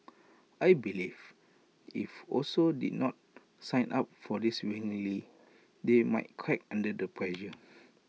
I believe if also did not sign up for this willingly they might crack under the pressure